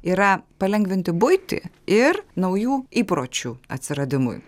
yra palengvinti buitį ir naujų įpročių atsiradimui